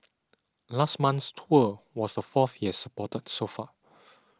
last month's tour was the fourth he has supported so far